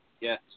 Yes